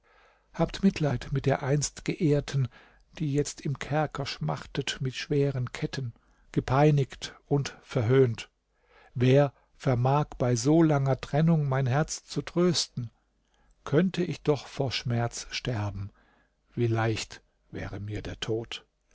habt mitleid mit der einst geehrten die jetzt im kerker schmachtet mit schweren ketten gepeinigt und verhöhnt wer vermag bei so langer trennung mein herz zu trösten könnte ich doch vor schmerz sterben wie leicht wäre mir der tod